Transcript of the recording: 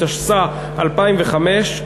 התשס"ה 2005,